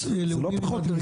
זה לא פחות מזה.